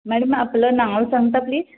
madam आपलं नाव सांगता प्लीज